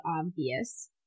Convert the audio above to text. obvious